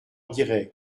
dirai